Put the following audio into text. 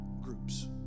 groups